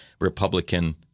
Republican